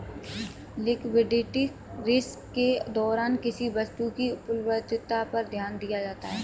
liquidity risk के दौरान किसी वस्तु की उपलब्धता पर ध्यान दिया जाता है